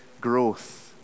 growth